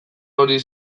hori